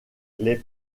les